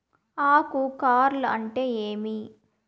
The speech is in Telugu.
ఆకు కార్ల్ అంటే ఏమి?